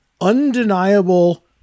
undeniable